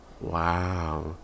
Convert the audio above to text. Wow